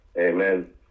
Amen